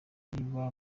niba